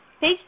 page